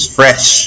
fresh